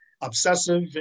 obsessive